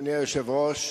אדוני היושב-ראש,